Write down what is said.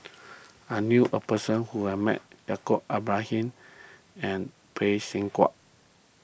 I knew a person who has met Yaacob Ibrahim and Phay Seng Whatt